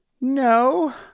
No